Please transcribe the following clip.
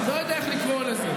לא יודע איך לקרוא לזה,